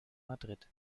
madrid